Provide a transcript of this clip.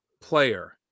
player